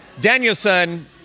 Danielson